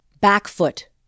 back-foot